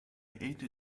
ate